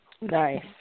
Nice